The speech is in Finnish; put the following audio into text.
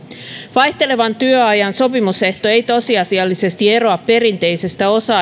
vaihtelevan työajan sopimusehto ei tosiasiallisesti eroa perinteisestä osa